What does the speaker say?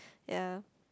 ya